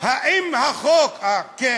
האם החוק, מה הסתה בזה?